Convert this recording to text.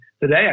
today